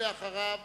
ואחריו,